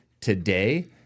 today